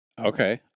Okay